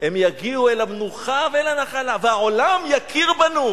הם יגיעו אל המנוחה ואל הנחלה, והעולם יכיר בנו,